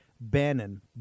Bannon